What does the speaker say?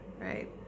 Right